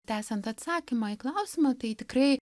tęsiant atsakymą į klausimą tai tikrai